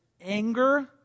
anger